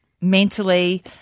mentally